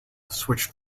switched